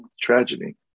tragedy